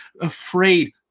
afraid